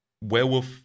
werewolf